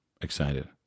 excited